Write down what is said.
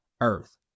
earth